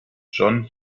john